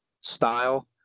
style